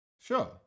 Sure